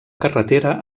carretera